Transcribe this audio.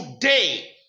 today